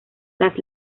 las